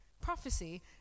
Prophecy